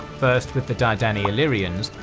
first with the dardani illyrians,